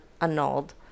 annulled